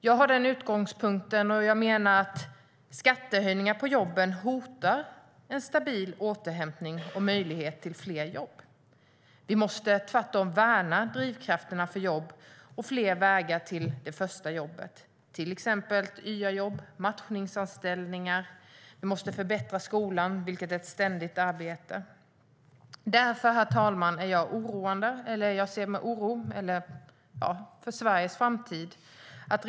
Jag har utgångspunkten att skattehöjningar på jobb hotar en stabil återhämtning och möjligheten till fler jobb. Vi måste tvärtom värna drivkrafterna för jobb och skapa fler vägar till det första jobbet, till exempel genom YA-jobb och matchningsanställningar. Vi måste förbättra skolan, vilket är ett ständigt arbete. Därför ser jag med oro på Sveriges framtid, herr talman.